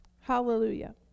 Hallelujah